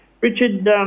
Richard